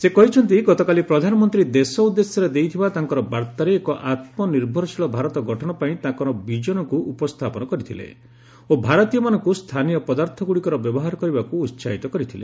ସେ କହିଛନ୍ତି ଗତକାଲି ପ୍ରଧାନମନ୍ତ୍ରୀ ଦେଶ ଉଦ୍ଦେଶ୍ୟରେ ଦେଇଥିବା ତାଙ୍କର ବାର୍ଭାରେ ଏକ ଆତ୍କନିର୍ଭରଶୀଳ ଭାରତ ଗଠନ ପାଇଁ ତାଙ୍କର ବିଜନକୁ ଉପସ୍ଥାପନ କରିଥିଲେ ଓ ଭାରତୀୟମାନଙ୍କୁ ସ୍ଥାନୀୟ ପଦାର୍ଥଗୁଡ଼ିକର ବ୍ୟବହାର କରିବାକୁ ଉତ୍ସାହିତ କରିଥିଲେ